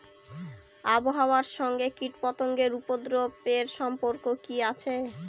আবহাওয়ার সঙ্গে কীটপতঙ্গের উপদ্রব এর সম্পর্ক কি আছে?